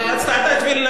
למשפט סיכום,